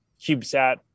CubeSat